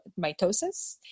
mitosis